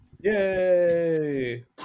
Yay